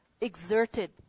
exerted